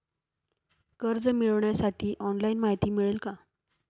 कर्ज मिळविण्यासाठी ऑनलाइन माहिती मिळेल का?